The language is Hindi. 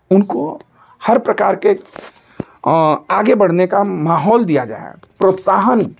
उनको हर प्रकार के आगे बढ़ने का माहौल दिया जाए प्रोत्साहन